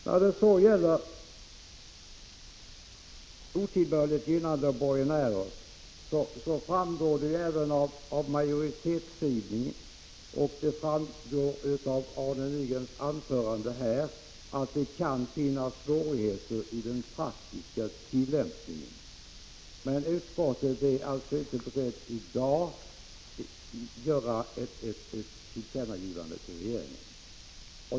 När det gäller otillbörligt gynnande av borgenärer så framgår det ju även av majoritetsskrivningen — liksom av Arne Nygrens anförande här — att det kan finnas svårigheter i den praktiska tillämpningen. Men utskottet är alltså inte berett att i dag göra ett tillkännagivande till regeringen.